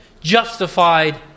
justified